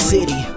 City